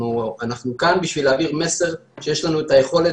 אנחנו כאן בשביל להעביר מסר שיש לנו את היכולת